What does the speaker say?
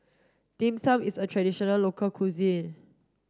Dim Sum is a traditional local cuisine